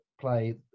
play